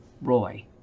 Roy